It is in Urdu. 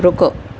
رکو